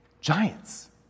Giants